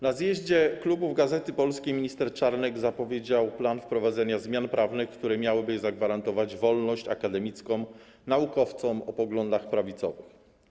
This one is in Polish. Na zjeździe klubów „Gazety Polskiej” minister Czarnek zapowiedział plan wprowadzenia zmian prawnych, które miałyby zagwarantować wolność akademicką naukowcom o poglądach prawicowych.